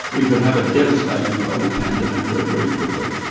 we could have a devastating global pandemic very, very quickly.